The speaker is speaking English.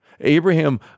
Abraham